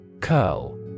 Curl